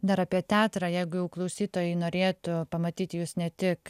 dar apie teatrą jeigu jau klausytojai norėtų pamatyti jus ne tik